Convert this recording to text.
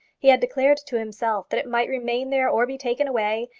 he had declared to himself that it might remain there or be taken away,